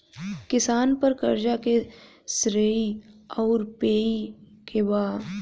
किसान पर क़र्ज़े के श्रेइ आउर पेई के बा?